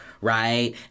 right